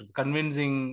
convincing